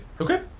Okay